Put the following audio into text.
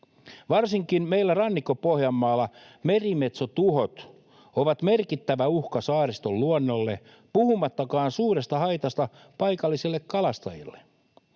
Varsinkin meillä Rannikko-Pohjanmaalla merimetsotuhot ovat merkittävä uhka saariston luonnolle, puhumattakaan suuresta haitasta paikallisille kalastajille.